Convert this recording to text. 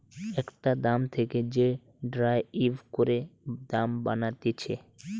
একটা দাম থেকে যে ডেরাইভ করে দাম বানাতিছে